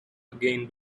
again